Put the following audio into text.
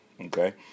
okay